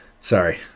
sorry